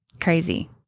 crazy